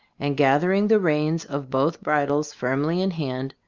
and gathering the reins of both bridles firmly in hand,